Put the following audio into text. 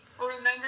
Remember